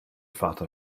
vater